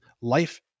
life